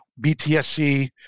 BTSC